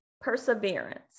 Perseverance